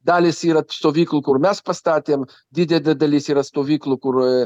dalys yra stovyklų kur mes pastatėm didelė dalis yra stovyklų kur